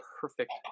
perfect